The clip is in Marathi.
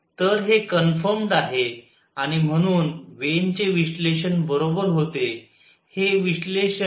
तर हे कन्फर्मड आहे आणि म्हणून वेन चे विश्लेषण बरोबर होते